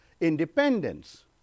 independence